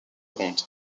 ronde